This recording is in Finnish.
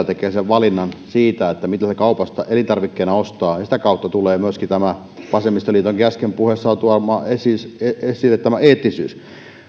tekee lopullisen valinnan siitä mitä hän kaupasta elintarvikkeena ostaa ja sitä kautta tulee myöskin tämä vasemmistoliitonkin äsken puheissaan esille tuoma eettisyys